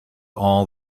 all